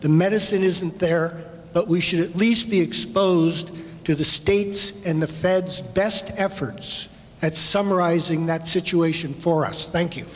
the medicine isn't there but we should at least be exposed to the states and the feds best efforts at summarizing that situation for us thank you